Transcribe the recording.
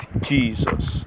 Jesus